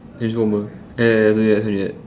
transformer ya ya ya something like that